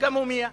וגם היא הומייה.